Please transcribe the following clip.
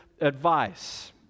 advice